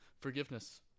Forgiveness